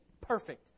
perfect